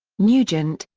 nugent,